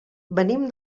venim